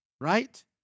Right